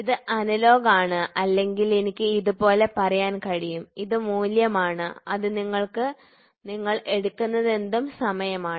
ഇത് അനലോഗ് ആണ് അല്ലെങ്കിൽ എനിക്ക് ഇത് പോലെ പറയാൻ കഴിയും ഇത് മൂല്യമാണ് ഇത് നിങ്ങൾ എടുക്കുന്നതെന്തും സമയമാണ്